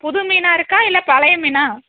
புது மீனாக இருக்கா இல்லை பழை மீனா